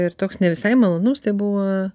ir toks ne visai malonus tai buvo